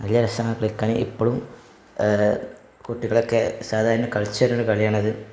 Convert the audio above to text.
നല്ല രസമാണ് കളിക്കാൻ ഇപ്പോഴും കുട്ടികളൊക്കെ സാധാരണ കളിച്ചു വരുന്ന കളിയാണിത്